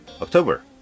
October